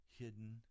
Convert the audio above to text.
Hidden